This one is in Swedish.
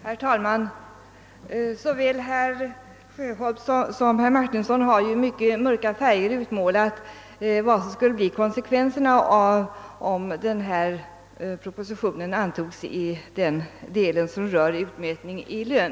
Herr talman! Såväl herr Sjöholm som herr Martinsson har i mycket mörka färger utmålat, vilka konsekvenserna skulle bli om propositionen antogs i den del som rör utmätning i lön.